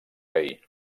rei